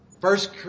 First